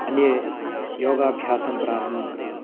अन्ये योगाभ्यासं प्रारम्भं कृतम्